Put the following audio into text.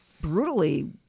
brutally